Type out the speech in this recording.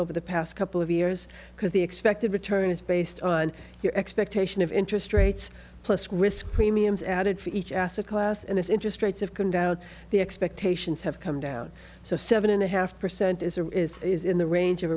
over the past couple of years because the expected return is based on your expectation of interest rates plus risk premiums added for each asset class and as interest rates of can doubt the expectations have come down so seven and a half percent is or is is in the range of